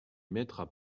mettra